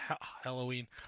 Halloween